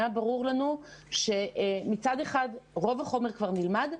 היה ברור לנו שמצד אחד רוב החומר כבר נלמד,